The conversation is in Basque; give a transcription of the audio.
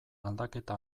aldaketa